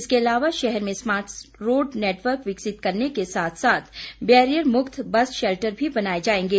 इसके अलावा शहर में स्मार्ट रोड़ नेटवर्क विकसित करने के साथ साथ बैरियर मुक्त बस शैल्टर भी बनायें जायेंगे